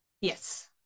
Yes